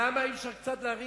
למה אי-אפשר להרים